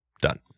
done